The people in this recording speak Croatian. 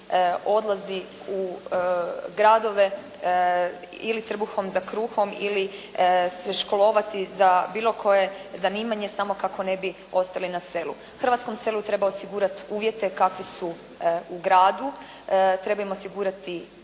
odlazi u gradove ili trbuhom za kruhom, ili se školovati za bilo koje zanimanje samo kako ne bi ostali na selu. Hrvatskom selu treba osigurati uvjete kakvi su u gradu, treba im osigurati